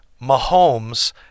Mahomes